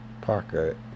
Parker